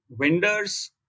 vendors